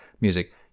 music